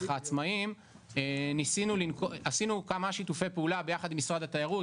העצמאיים עשינו כמה שיתופי פעולה יחד עם משרד התיירות,